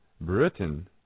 Britain